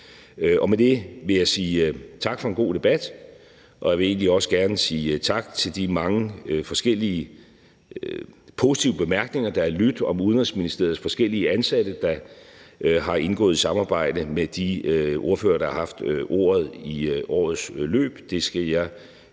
Med det vil jeg sige tak for en god debat, og jeg vil egentlig også gerne sige tak for de mange forskellige positive bemærkninger, der har lydt om Udenrigsministeriets forskellige ansatte, som har indgået et samarbejde med de ordførere, der har haft ordet i årets løb.